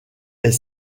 est